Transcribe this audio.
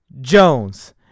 Jones